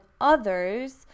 others